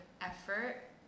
effort